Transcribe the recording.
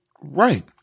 Right